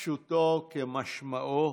פשוטו כמשמעו.